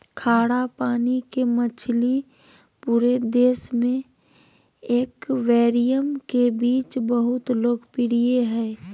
खारा पानी के मछली पूरे देश में एक्वेरियम के बीच बहुत लोकप्रिय हइ